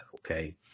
okay